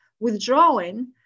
withdrawing